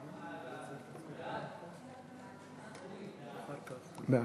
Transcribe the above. הצעת ועדת הכנסת לתיקון סעיפים 22,